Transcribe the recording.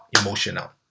emotional